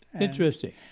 Interesting